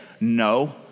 no